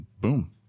Boom